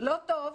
לא טוב.